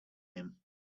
him